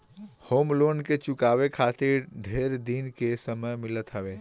home loan के चुकावे खातिर ढेर दिन के समय मिलत हवे